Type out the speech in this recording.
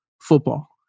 football